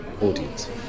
audience